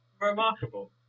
Remarkable